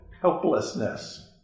helplessness